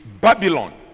Babylon